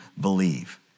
believe